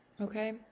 Okay